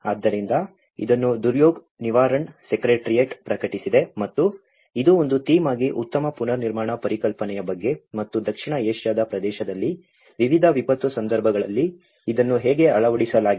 ಆದ್ದರಿಂದ ಇದನ್ನು ದುರ್ಯೋಗ್ ನಿವರಣ್ ಸೆಕ್ರೆಟರಿಯೇಟ್ ಪ್ರಕಟಿಸಿದೆ ಮತ್ತು ಇದು ಒಂದು ಥೀಮ್ ಆಗಿ ಉತ್ತಮ ಪುನರ್ನಿರ್ಮಾಣ ಪರಿಕಲ್ಪನೆಯ ಬಗ್ಗೆ ಮತ್ತು ದಕ್ಷಿಣ ಏಷ್ಯಾದ ಪ್ರದೇಶದಲ್ಲಿ ವಿವಿಧ ವಿಪತ್ತು ಸಂದರ್ಭಗಳಲ್ಲಿ ಇದನ್ನು ಹೇಗೆ ಅಳವಡಿಸಲಾಗಿದೆ